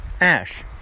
Ash